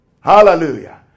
Hallelujah